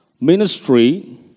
ministry